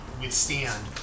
withstand